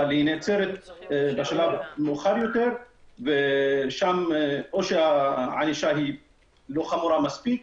אבל היא נעצרת בשלב מאוחר יותר שם או שהענישה לא חמורה מספיק,